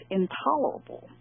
intolerable